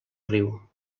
riu